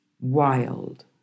wild